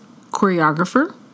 choreographer